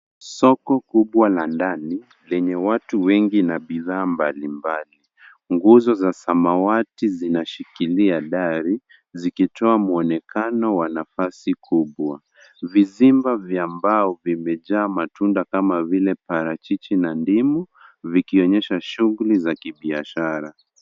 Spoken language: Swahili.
Soko kubwa la ndani lenye watu wengi na bidhaa mbalimbali, nguzo wa samawati zinashikilia dari zikitoa mwonekano wa nafasi kubwa ,vizimba vya mbao vimejaa matunda kama vile parachichi na ndimu vikionyesha shughuli za kibiashara.